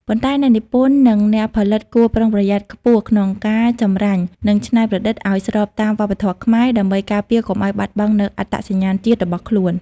ប៉ុន្តែអ្នកនិពន្ធនិងអ្នកផលិតគួរប្រុងប្រយ័ត្នខ្ពស់ក្នុងការ ចម្រាញ់ និងច្នៃប្រឌិត ឲ្យស្របតាមវប្បធម៌ខ្មែរ ដើម្បីការពារកុំឲ្យបាត់បង់នូវអត្តសញ្ញាណជាតិរបស់ខ្លួន។